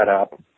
up